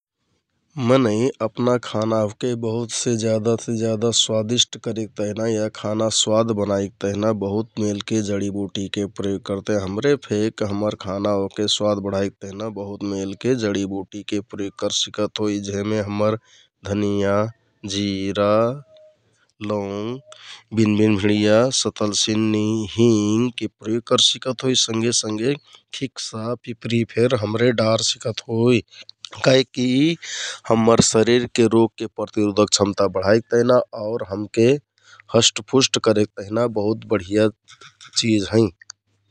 मनैं अपना खाना ओहके बहुत से ज्यादा से ज्यादा स्वादिष्ट करेक तेहना या खाना स्वाद बनाइक तेहना बहुत मेलके जडिबुटिके प्रयोग करतियाँ । हमरे फेक हम्मर खाना ओहके स्वाद बढाइक तेहना बहुत मेलके जडिबुटिके प्रयोग करसिकत होइ जेहमे हम्मर धनियाँ, जिरा लौंङ्ग, बिनबिनभिंडिया, सतलसिन्नि, हिङ्गके प्रयोग करसिकत होइ संघे संघे फिक्सा, पिपरि फेक हमरे डार सिकत होइ । काहिककि यि हम्मर शरिरके रोगके प्रतिरोधक क्षमता बढाइक तेहना आउर हमके हस्टपुस्ट करेक तेहना बहुत बढिया चिझ हैं ।